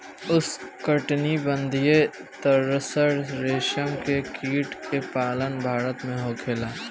उष्णकटिबंधीय तसर रेशम के कीट के पालन भारत में होखेला